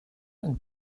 and